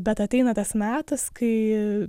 bet ateina tas metas kai